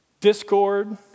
discord